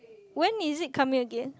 when is it coming again